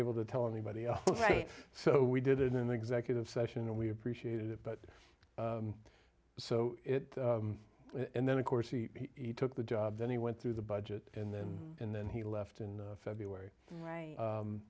able to tell anybody all right so we did it in the executive session and we appreciated it but so it and then of course he took the job then he went through the budget and then and then he left in february